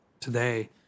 today